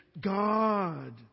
God